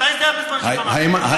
מתי זה היה בזמן שלטון האפרטהייד?